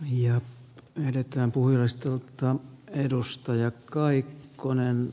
ja pyydetään puu istutetaan edustaja kaikkonen